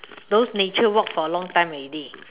those nature walks for a long time already